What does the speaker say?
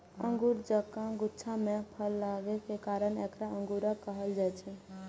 अंगूर जकां गुच्छा मे फल लागै के कारण एकरा अंगूरफल कहल जाइ छै